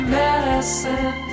medicine